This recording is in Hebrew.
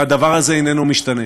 והדבר הזה איננו משתנה.